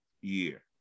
year